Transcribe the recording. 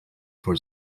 for